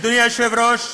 אדוני היושב-ראש,